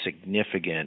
significant